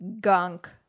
gunk